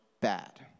bad